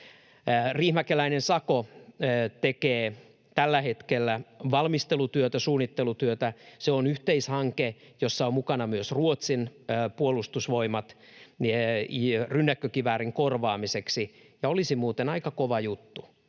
Riihimäkeläinen Sako tekee tällä hetkellä valmistelutyötä, suunnittelutyötä. Se on yhteishanke, jossa on mukana myös Ruotsin puolustusvoimat rynnäkkökiväärin korvaamiseksi. Olisi muuten aika kova juttu,